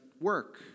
work